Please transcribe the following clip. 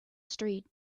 street